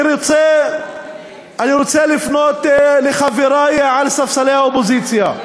אני רוצה לפנות לחברי שעל ספסלי האופוזיציה,